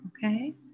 Okay